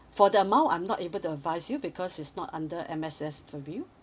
for the amount I'm not able to advise you because it's not under M_S_F preview